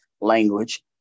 language